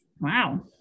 Wow